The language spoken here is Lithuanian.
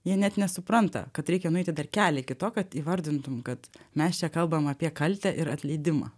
jie net nesupranta kad reikia nueiti dar kelią iki to kad įvardintum kad mes čia kalbam apie kaltę ir atleidimą